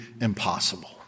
impossible